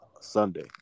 sunday